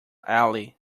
ali